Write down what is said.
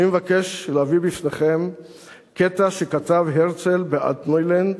אני מבקש להביא בפניכם קטע שכתב הרצל ב"אלטנוילנד"